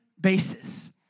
basis